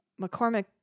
mccormick